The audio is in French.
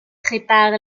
prépare